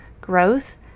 growth